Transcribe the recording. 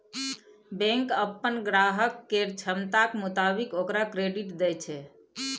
bank अप्पन ग्राहक केर क्षमताक मोताबिक ओकरा क्रेडिट दय छै